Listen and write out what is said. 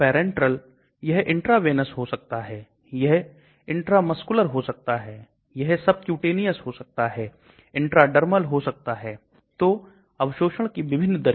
जिससे कि विशेष prodrug का उपापचय हो जाता है इसलिए दवा निकल जाती है और फिर यह कार्य करने लगती है इसको prodrug कहते हैं